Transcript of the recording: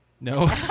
No